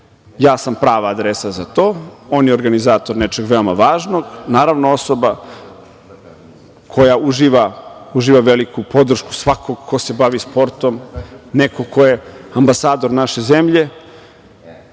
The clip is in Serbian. ja sam prava adresa za to, on je organizator nečeg veoma važnog, naravno osoba koja uživa veliku podršku svakog ko se bavi sportom. Neko ko je ambasador naše zemlje